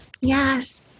Yes